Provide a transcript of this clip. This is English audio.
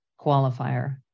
qualifier